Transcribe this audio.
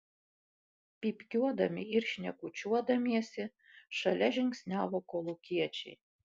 pypkiuodami ir šnekučiuodamiesi šalia žingsniavo kolūkiečiai